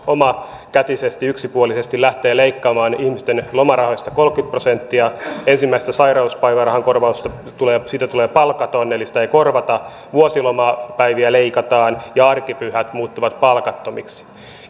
omakätisesti yksipuolisesti lähtee leikkaamaan ihmisten lomarahoista kolmekymmentä prosenttia ensimmäisestä sairauspäivärahakorvauksesta tulee palkaton eli sitä ei korvata vuosilomapäiviä leikataan ja arkipyhät muuttuvat palkattomiksi